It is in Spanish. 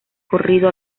corrido